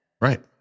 Right